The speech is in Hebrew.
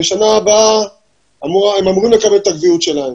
שנה הבאה הם אמורים לקבל את הקביעות שלהם.